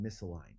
misaligned